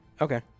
Okay